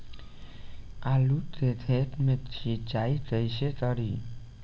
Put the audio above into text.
आलू के खेत मे सिचाई कइसे करीं?